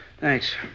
Thanks